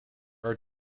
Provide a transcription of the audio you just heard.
are